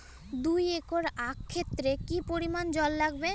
দুই একর আক ক্ষেতে কি পরিমান জল লাগতে পারে?